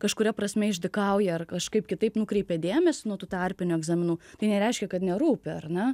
kažkuria prasme išdykauja ar kažkaip kitaip nukreipia dėmesį nuo tų tarpinių egzaminų tai nereiškia kad nerūpi ar ne